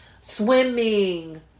swimming